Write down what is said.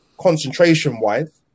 concentration-wise